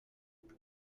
where